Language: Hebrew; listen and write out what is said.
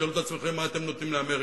תשאלו את עצמכם מה אתם נותנים לאמריקה.